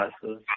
classes